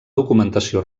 documentació